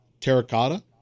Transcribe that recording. Terracotta